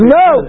no